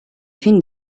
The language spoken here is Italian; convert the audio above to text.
fin